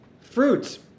fruits